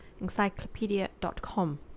encyclopedia.com